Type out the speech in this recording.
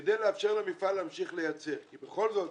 כדי לאפשר למפעל להמשיך לייצר, כי בכל זאת